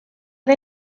del